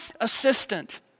assistant